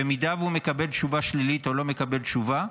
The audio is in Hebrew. במידה והוא מקבל תשובה שלילית, או לא מקבל תשובה,